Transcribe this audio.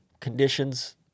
conditions